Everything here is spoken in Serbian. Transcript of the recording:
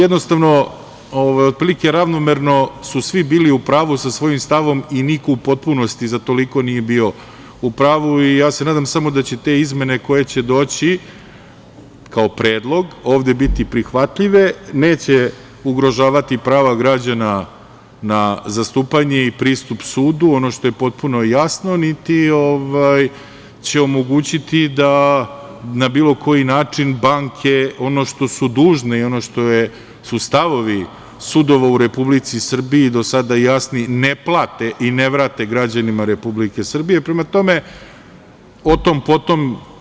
Jednostavno, otprilike su svi ravnomerno bili u pravu sa svojim stavom i niko u potpunosti za toliko nije bio u pravu i ja se nadam samo da će te izmene koje će doći kao predlog ovde biti prihvatljive, neće ugrožavati prava građana na zastupanje i pristup sudu, ono što je potpuno jasno, niti će omogućiti da na bilo koji način banke ono što su dužne i ono što su stavovi sudova u Republici Srbiji do sada jasni ne plate i ne vrate građanima Republike Srbije, prema tome, otom-potom.